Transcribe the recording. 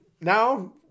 now